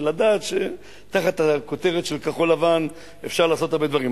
בשביל לדעת שתחת הכותרת של כחול-לבן אפשר לעשות הרבה דברים.